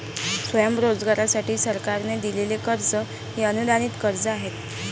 स्वयंरोजगारासाठी सरकारने दिलेले कर्ज हे अनुदानित कर्ज आहे